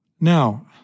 Now